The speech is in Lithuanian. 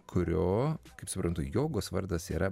kurio kaip suprantu jogos vardas yra